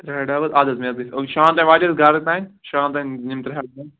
ترٛے ہتھ ڈبہٕ حظ اَدٕ حظ شام تانۍ واتہِ حظ گَرٕ تانۍ شام تانۍ یِم ترٛے ہتھ